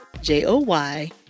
J-O-Y